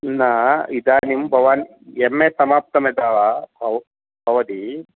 न इदानीं भवान् एम् ए समाप्तं यतः भव् भवति